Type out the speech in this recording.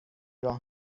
راه